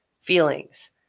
feelings